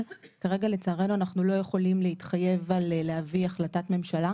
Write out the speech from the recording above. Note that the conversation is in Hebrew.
כרגע לצערנו אנחנו לא יכולים להתחייב להביא החלטת ממשלה.